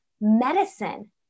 medicine